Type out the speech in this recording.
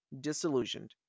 disillusioned